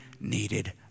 needed